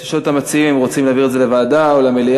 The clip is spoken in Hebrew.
נשאל את המציעים אם הם רוצים להעביר לוועדה או למליאה.